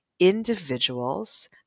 individuals